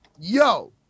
yo